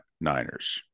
Niners